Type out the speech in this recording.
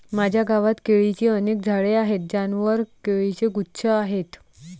माझ्या गावात केळीची अनेक झाडे आहेत ज्यांवर केळीचे गुच्छ आहेत